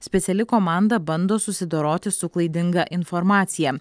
speciali komanda bando susidoroti su klaidinga informacija